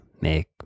make